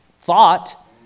thought